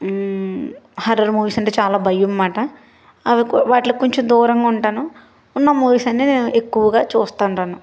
horror movies అంటే చాలా భయం మాట అవి వాటిలకు కొంచెం దూరంగా ఉంటాను ఉన్న మూవీస్ అన్నీ నేను ఎక్కువగా చూస్తుంటాను